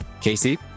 Casey